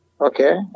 Okay